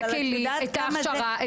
את הכלים את ההכשרה.